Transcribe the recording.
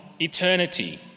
eternity